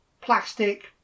plastic